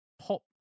pop